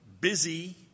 busy